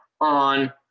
on